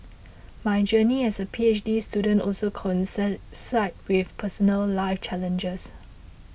my journey as a P H D student also coincided cite with personal life challenges